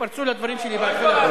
כי הם התפרצו לדברים שלי בהתחלה.